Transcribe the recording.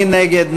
מי נגד?